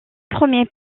premiers